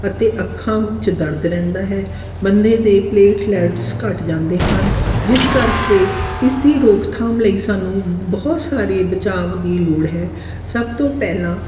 ਅਤੇ ਅੱਖਾਂ ਵਿੱਚ ਦਰਦ ਰਹਿੰਦਾ ਹੈ ਬੰਦੇ ਦੇ ਪਲੇਟਲੈਟਸ ਘੱਟ ਜਾਂਦੇ ਹਨ ਜਿਸ ਕਰਕੇ ਇਸ ਦੀ ਰੋਕਥਾਮ ਲਈ ਸਾਨੂੰ ਬਹੁਤ ਸਾਰੇ ਬਚਾਉ ਦੀ ਲੋੜ ਹੈ ਸਭ ਤੋਂ ਪਹਿਲਾਂ